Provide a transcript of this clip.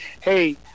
hey